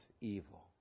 evil